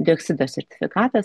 dioksido sertifikatas